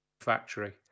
factory